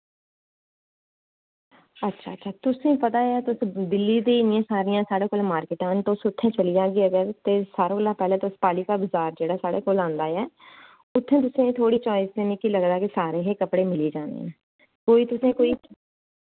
अच्छा अच्छा तुसें पता ऐ तुस दिल्ली दे इन्नियां सारियां साढ़े कोल मार्किटां न तुस उत्थै चली जाग्गे अगर ते सारे कोला पैह्ले तुस पालिका बजार जेह्ड़ा साढ़े कोल औंदा ऐ उत्थै तुसें थोह्ड़ी चाइस ते मिकी लगदा के सारे ही कपड़े मिल्ली जाने न कोई तुसें गी कोई